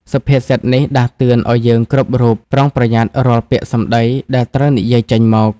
សុភាសិតនេះដាស់តឿនឱ្យយើងគ្រប់រូប ប្រុងប្រយ័ត្នរាល់ពាក្យសម្ដីដែលត្រូវនិយាយចេញមក។